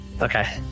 Okay